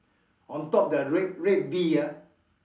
on top the red red B ah